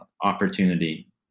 opportunity